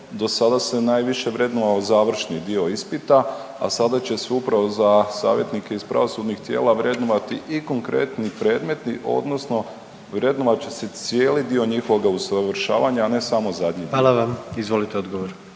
dosada se najviše vrednovao završni dio ispita, a sada će se upravo za savjetnike iz pravosudnih tijela vrednovati i konkretni predmeti odnosno vrednovat će se cijeli dio njihovoga usavršavanja, a ne samo zadnji dio. **Jandroković,